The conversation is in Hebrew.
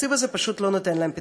והתקציב הזה פשוט לא נותן להם פתרון.